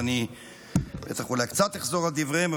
ואני אולי קצת אחזור על דבריהם,